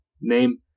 name